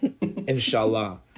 inshallah